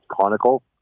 conical